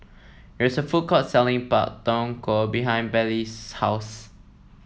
there is a food court selling Pak Thong Ko behind Bailee's house